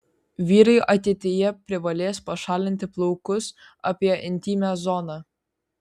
vyrai ateityje privalės pašalinti plaukus apie intymią zoną